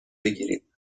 بگیریم